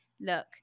look